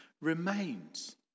remains